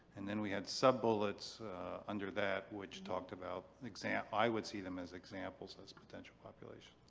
and then we had sub-bullets under that which talked about examp. i would see them as examples as potential population.